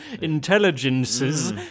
intelligences